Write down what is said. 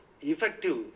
effective